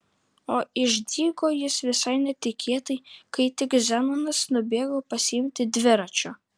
o išdygo jis visai netikėtai kai tik zenonas nubėgo pasiimti dviračio